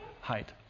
height